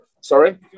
Sorry